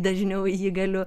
dažniau jį galiu